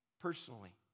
personally